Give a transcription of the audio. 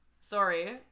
Sorry